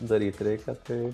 daryt reikia tai